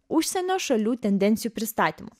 užsienio šalių tendencijų pristatymų